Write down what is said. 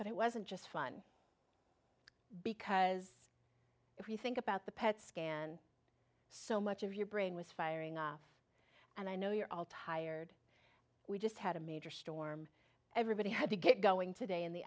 but it wasn't just fun because if you think about the pet scan so much of your brain was firing off and i know you're all tired we just had a major storm everybody had to get going today in the